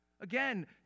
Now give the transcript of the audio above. Again